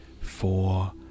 four